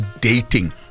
dating